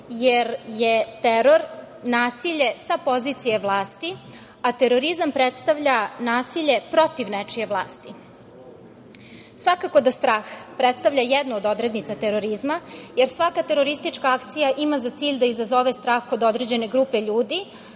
jer je teror nasilje sa pozicije vlasti, a terorizam predstavlja nasilje protiv nečije vlasti. Svakako da strah predstavlja jedno od odrednica terorizma jer svaka teroristička akcija ima za cilj da izazove strah kod određene grupe ljudi.